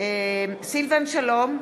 סילבן שלום,